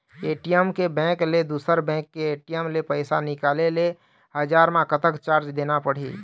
ATM के bank ले दुसर बैंक के ए.टी.एम ले पैसा निकाले ले एक हजार मा कतक चार्ज देना पड़ही?